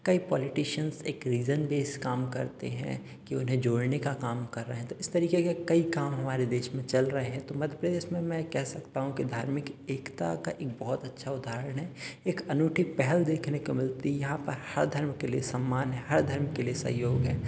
कई पॉलिटीशियन्स एक reason base काम करते हैं कि उन्हें जोड़ने का काम कर रहे हैं तो इस तरीके के कई तरह के काम हमारे देश में चल रहे हैं तो मध्यप्रदेश में कह सकता हूँ कि धार्मिक एकता का ये बहुत अच्छा उदाहरण है एक अनूठी पहल देखने को मिलती यहाँ पर हर धर्म के लिए सम्मान है हर धर्म के लिए सहयोग है